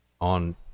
on